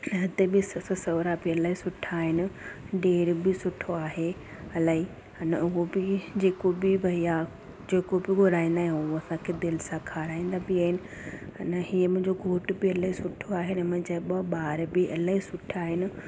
ऐं हिते बि ससु सहुरा बि इलाही सुठा आहिनि ॾेर बि सुठो आहे अलाई अना उहो बि जेको बि भइया जेको बि घुराईंदा आहियूं असांखे दिलि सां खाराईंदा बि आहिनि अना हीअं मुंहिंजो घोट बि इलाही सुठो आहे अना मुंहिंजा ॿ ॿार बि इलाही सुठो आहिनि